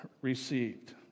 received